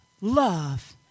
love